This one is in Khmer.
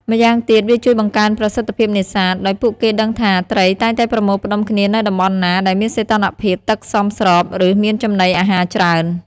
ម្យ៉ាងទៀត វាជួយបង្កើនប្រសិទ្ធភាពនេសាទ ដោយពួកគេដឹងថា ត្រីតែងតែប្រមូលផ្តុំគ្នានៅតំបន់ណាដែលមានសីតុណ្ហភាពទឹកសមស្រប ឬមានចំណីអាហារច្រើន។